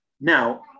Now